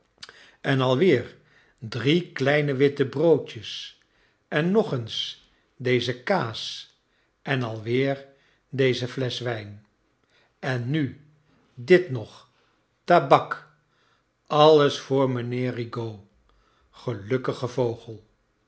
en alweer drie kleine wittebroodjes en nog eens deze kaas en alweer deze flesch wijn en nu dit nog tabak alles voor mijnheer rigaud gelukkige vogel